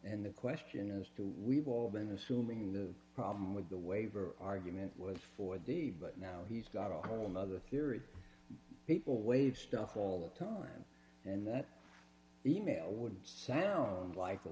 and the question is too we've all been assuming the problem with the waiver argument was for the but now he's got a whole nother theory people wave stuff all the time and that email would sound like a